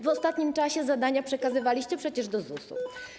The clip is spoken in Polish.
W ostatnim czasie zadania przekazywaliście przecież do ZUS-u.